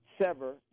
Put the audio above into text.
sever